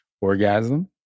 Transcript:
orgasm